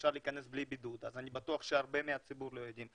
שאפשר להיכנס בלי בידוד ואני בטוח שהרבה מהציבור לא יודעים.